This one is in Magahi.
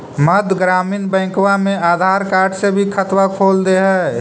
मध्य ग्रामीण बैंकवा मे आधार कार्ड से भी खतवा खोल दे है?